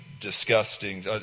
disgusting